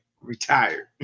Retired